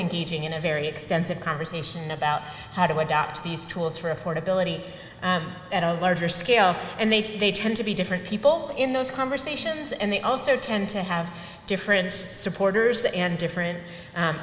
engaging in a very extensive conversation about how to adapt to these tools for affordability at a larger scale and they they tend to be different people in those conversations and they also tend to have different supporters and different